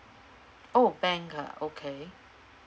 oh bank ah okay